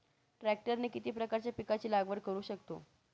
ट्रॅक्टरने किती प्रकारच्या पिकाची लागवड करु शकतो?